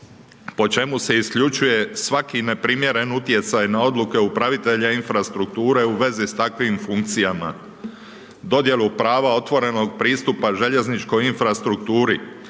po čemu se isključuje svaki neprimjeren utjecaj na odluke upravitelja infrastrukture, u vezi s takvim funkcijama. Dodjelu prava otvorenog pristupa željezničkoj infrastrukturu,